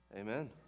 Amen